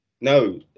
no